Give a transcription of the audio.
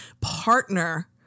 partner